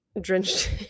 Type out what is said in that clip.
drenched